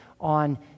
on